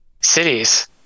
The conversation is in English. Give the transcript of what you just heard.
cities